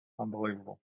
Unbelievable